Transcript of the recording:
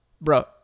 bro